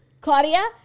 Claudia